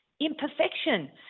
imperfection